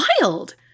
wild